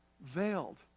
veiled